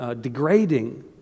degrading